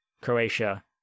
Croatia